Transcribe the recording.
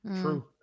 True